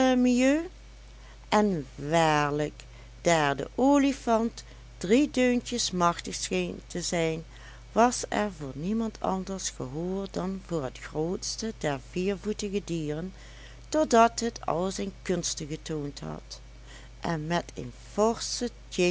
mieux en waarlijk daar de olifant drie deuntjes machtig scheen te zijn was er voor niemand anders gehoor dan voor het grootste der viervoetige dieren totdat het al zijn kunsten getoond had en met een forschen